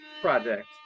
project